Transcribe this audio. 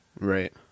Right